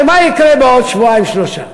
הרי מה יקרה בעוד שבועיים-שלושה?